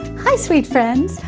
hi sweet friends,